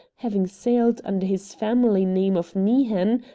having sailed under his family name of meehan,